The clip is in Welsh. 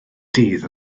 dydd